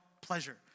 pleasure